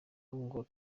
ngo